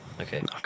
Okay